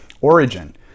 origin